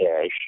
cash